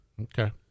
Okay